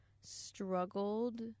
struggled